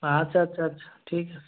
আচ্ছা আচ্ছা আচ্ছা ঠিক আছে